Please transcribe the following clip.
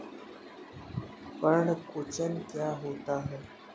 पर्ण कुंचन क्या होता है?